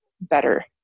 better